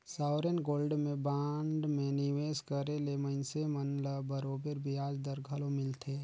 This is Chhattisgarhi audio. सॉवरेन गोल्ड में बांड में निवेस करे ले मइनसे मन ल बरोबेर बियाज दर घलो मिलथे